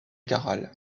caral